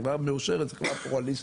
חברה מאושרת זה חברה פלורליסטית,